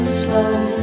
slow